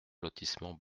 lotissement